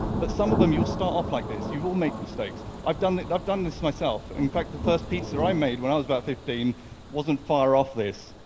but some of them you'll start off like this. you will make mistakes. i've done it. i've done this myself. in fact the first pizza i made when i was about fifteen wasn't far off this,